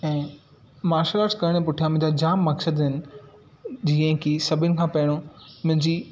ऐं martial arts करणु पुठिया मुंहिंजा जाम मक़सदु आहिनि जीअं की सभिनि खां पहिरियों मुंहिंजी